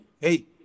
hey